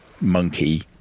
monkey